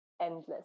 Endless